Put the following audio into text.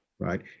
right